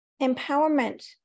empowerment